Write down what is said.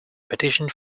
petitioned